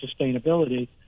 sustainability